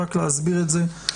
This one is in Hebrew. רק להסביר את זה לפרוטוקול.